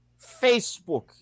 Facebook